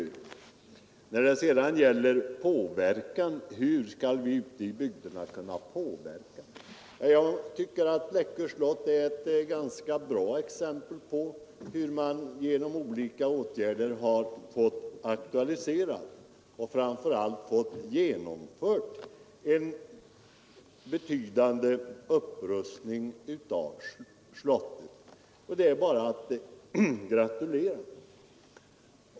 Vad sedan gäller frågan hur vi ute i bygderna skall kunna påverka förhållandena tycker jag att Läckö slott är ett bra exempel på hur man genom olika åtgärder kan aktualisera och genomföra betydande förbättringar. Det är ju en grundlig upprustning som där har skett. De som åstadkommit den är bara att gratulera.